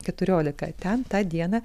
keturiolika ten tą dieną